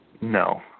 No